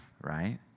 right